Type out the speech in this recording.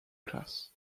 class